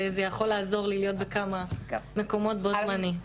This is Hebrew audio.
זה יכול לעזור לי להיות בכמה מקומות בו זמנית.